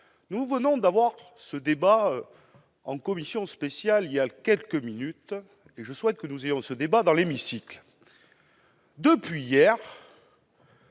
Nous venons d'avoir ce débat en commission spéciale voilà quelques minutes, et je souhaite le prolonger dans l'hémicycle. Depuis hier,